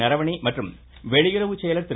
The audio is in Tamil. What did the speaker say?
நரவனே மற்றும் வெளியுறவு செயலர் திரு